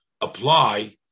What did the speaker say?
apply